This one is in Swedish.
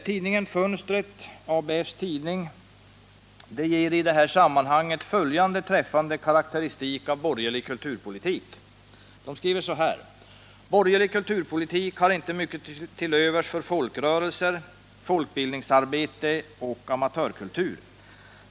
Tidningen Fönstret, ABF:s tidning, ger i detta sammanhang följande träffande karakteristik av borgerlig kulturpolitik: ”Borgerlig kulturpolitik har inte mycket till övers för folkrörelser, folkbildningsarbete och amatörkultur.